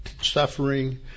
suffering